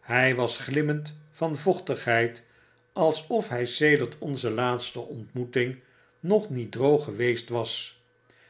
hg was glimmend van vochtigheid alsof hj sedert onze laatste ontmoeting nog niet droog geweest was